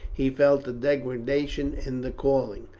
he felt a degradation in the calling,